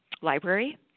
library